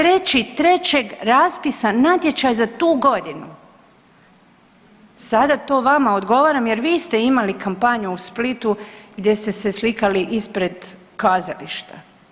3.3. raspisan natječaj za tu godinu, sada to vama odgovaram jer vi ste imali kampanju u Splitu gdje ste se slikali ispred kazališta.